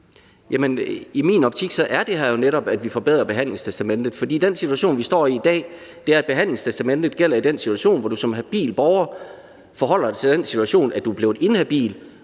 I min optik er det her jo netop, at vi forbedrer behandlingstestamentet, fordi den situation, vi står i i dag, er, at behandlingstestamentet gælder i den situation, hvor du som habil borger forholder dig til den situation, at du er blevet inhabil